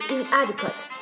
Inadequate